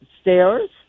stairs